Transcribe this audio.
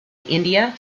india